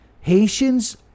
haitians